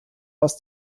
aus